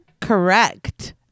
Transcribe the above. Correct